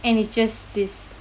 and it's just this